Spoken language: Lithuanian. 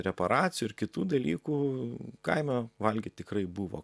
reparacijų ir kitų dalykų kaime valgyt tikrai buvo